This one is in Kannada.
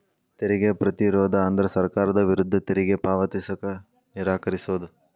ತೆರಿಗೆ ಪ್ರತಿರೋಧ ಅಂದ್ರ ಸರ್ಕಾರದ ವಿರುದ್ಧ ತೆರಿಗೆ ಪಾವತಿಸಕ ನಿರಾಕರಿಸೊದ್